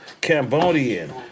Cambodian